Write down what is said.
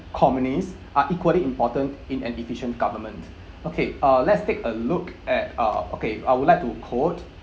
communist are equally important in an efficient government okay uh let's take a look at uh okay I would like to quote